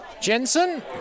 Jensen